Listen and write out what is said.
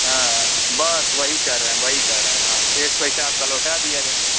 हाँ बस वही कह रहे हैं वही कह रहे हैं हाँ शेष पैसा आपका लौटा दिया जाएगा